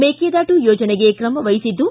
ಮೇಕೆದಾಟು ಯೋಜನೆಗೂ ತ್ರಮ ವಹಿಸಿದ್ದು